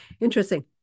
Interesting